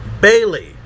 Bailey